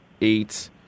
eight